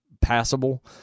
passable